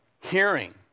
hearing